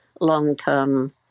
long-term